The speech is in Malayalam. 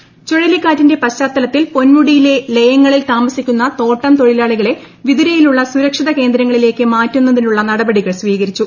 മാറ്റി പാർപ്പിക്കും ചുഴലിക്കാറ്റിന്റെ പശ്ചാത്തലത്തിൽ പൊൻമുടിയിലെ ലയങ്ങളിൽ താമസിക്കുന്ന തോട്ടം തൊഴിലാളികളെ വിതുരയിലുള്ള സുരക്ഷിത കേന്ദ്രങ്ങളിലേക്ക് മാറ്റുന്നതിനുള്ള നടപടികൾ സ്വീകരിച്ചു